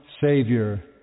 Savior